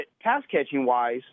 pass-catching-wise